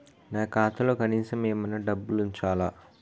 నా ఖాతాలో కనీసం ఏమన్నా డబ్బులు ఉంచాలా?